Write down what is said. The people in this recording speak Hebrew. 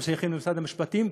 כי הם שייכים למשרד המשפטים.